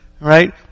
right